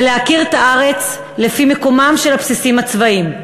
זה להכיר את הארץ לפי מיקומם של הבסיסים הצבאיים.